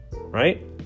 Right